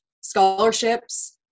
scholarships